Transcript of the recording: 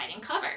cover